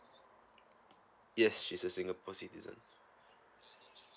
yes she's a singapore citizen